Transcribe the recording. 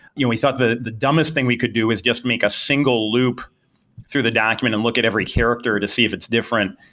you know we thought the the dumbest thing we could do is just make a single loop through the document and look at every character to see if it's different.